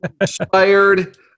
inspired